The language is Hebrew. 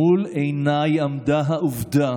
מול עיניי עמדה העובדה